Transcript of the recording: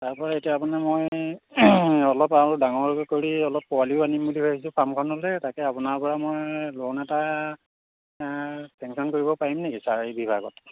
তাৰপৰা এতিয়া আপোনাৰ মই অলপ আৰু ডাঙৰকৈ কৰি অলপ পোৱালিও আনিম বুলি ভাবিছোঁ ফাৰ্মখনলৈ তাকে আপোনাৰ পৰা মই লোন এটা চেংচন কৰিব পাৰিম নেকি ছাৰ এই বিভাগত